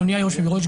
אדוני היושב-ראש,